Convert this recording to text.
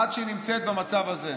עד שהיא נמצאת במצב הזה.